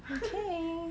okay